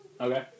Okay